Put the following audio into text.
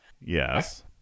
yes